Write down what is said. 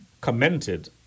commented